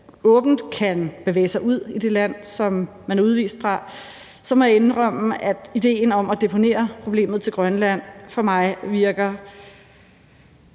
åbent kan bevæge sig ud i det land, som man er udvist fra, så må jeg indrømme, at idéen om at deponere problemet til Grønland for mig virker,